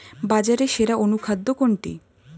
বাজারে সেরা অনুখাদ্য কোনটি?